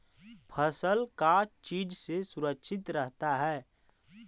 फसल का चीज से सुरक्षित रहता है?